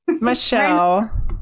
Michelle